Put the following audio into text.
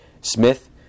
Smith